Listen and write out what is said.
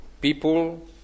people